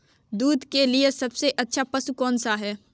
दूध के लिए सबसे अच्छा पशु कौनसा है?